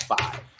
five